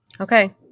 okay